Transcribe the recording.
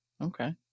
Okay